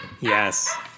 Yes